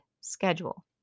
schedule